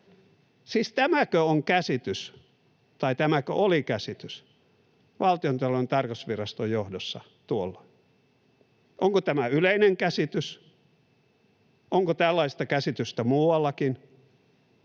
Ohhoh!] Siis tämäkö oli käsitys Valtiontalouden tarkastusviraston johdossa tuolloin? Onko tämä yleinen käsitys? Onko tällaista käsitystä muuallakin?